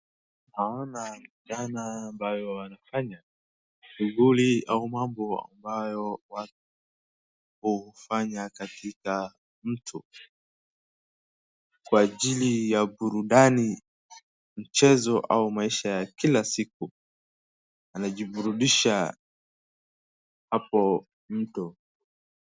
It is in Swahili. Tinaona vijana ambao wanafanya shughuli au mambo ambayo hufanya katika mtu kwa ajili ya burudani, mchezo au maisha ya kila siku. Anajiburdisha hapo mtu.